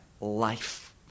life